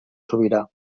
sobirà